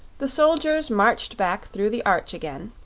the soldiers marched back through the arch again,